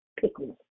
pickles